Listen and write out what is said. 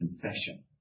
confession